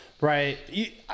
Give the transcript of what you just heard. Right